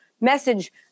message